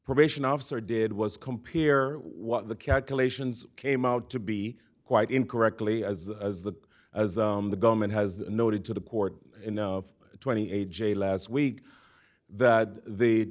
probation officer did was compare what the calculations came out to be quite incorrectly as as the as the government has noted to the court of twenty a j last week that the